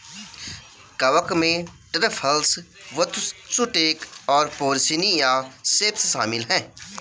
कवक में truffles, matsutake और पोर्सिनी या सेप्स शामिल हैं